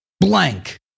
blank